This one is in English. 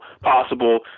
possible